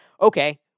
okay